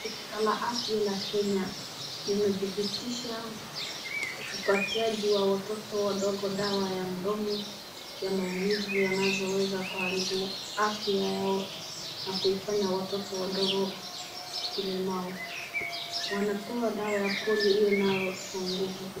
Shirika la afya la Kenya linadhibitisha upatiaji wa watoto wadogo dawa ya mdomo ya maumivu yanazoweza kuharibu afya yao na kuifanya watoto wadogo kilemavu. Wanapewa dawa ya Polio inayo nguvu.